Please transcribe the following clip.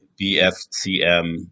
BFCM